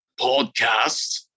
podcast